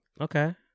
okay